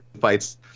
fights